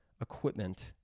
equipment